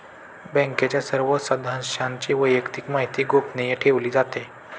बँकेच्या सर्व सदस्यांची वैयक्तिक माहिती गोपनीय ठेवली जाते